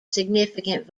significant